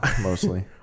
mostly